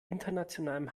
internationalem